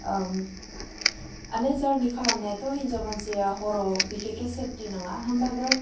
आरो जारनि खालामनायाथ' हिन्जाव मानसिया हराव बिखेकखे सेफटि नङा होम्बाबो